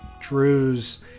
Drew's